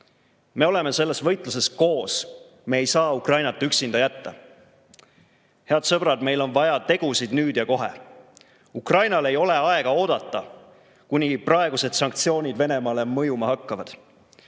Me oleme selles võitluses koos, me ei saa Ukrainat üksinda jätta. Head sõbrad! Meil on vaja tegusid nüüd ja kohe. Ukrainal ei ole aega oodata, kuni praegused sanktsioonid Venemaale mõjuma hakkavad.